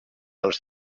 els